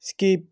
skip